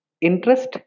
interest